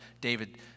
David